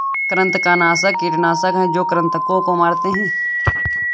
कृंतकनाशक कीटनाशक हैं जो कृन्तकों को मारते हैं